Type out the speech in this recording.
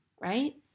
right